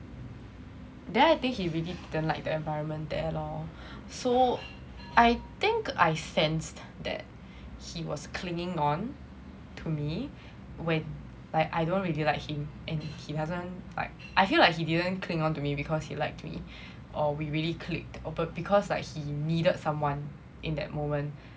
then I think he really didn't like the environment there lor so I think I sensed that he was clinging on to me when like I don't really like him and he doesn't like I feel like he didn't cling onto me because he liked me or we really clicked or but because like he needed someone in that moment